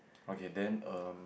okay then um